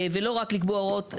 ולא רק לקבוע הוראות.